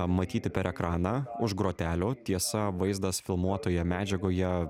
matyti per ekraną už grotelių tiesa vaizdas filmuotoje medžiagoje